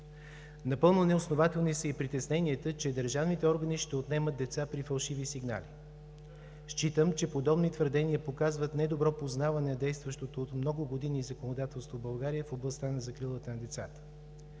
Напълно неоснователни са и притесненията, че държавните органи ще отнемат деца при фалшиви сигнали. Считам, че подобни твърдения показват недобро познаване на действащото от много години законодателство в България в областта на закрилата на децата.